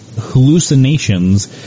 hallucinations